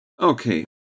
Okay